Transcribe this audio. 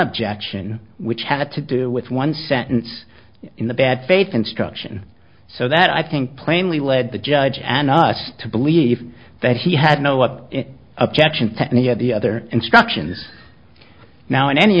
objection which had to do with one sentence in the bad faith instruction so that i think plainly led the judge and us to believe that he had no what objection technique or the other instructions now in any